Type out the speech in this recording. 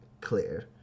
clear